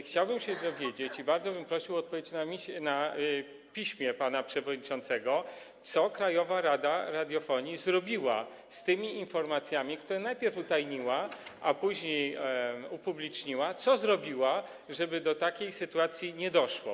Chciałbym się dowiedzieć, i bardzo bym prosił o odpowiedź na piśmie pana przewodniczącego, co krajowa rada radiofonii zrobiła z tymi informacjami, które najpierw utajniła, a później upubliczniła, co zrobiła, żeby do takiej sytuacji nie doszło.